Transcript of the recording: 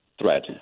threat